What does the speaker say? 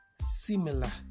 similar